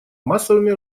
массовыми